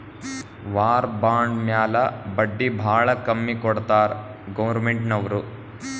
war bond ಮ್ಯಾಲ ಬಡ್ಡಿ ಭಾಳ ಕಮ್ಮಿ ಕೊಡ್ತಾರ್ ಗೌರ್ಮೆಂಟ್ನವ್ರು